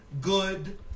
good